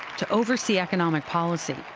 to oversee economic policy,